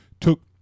took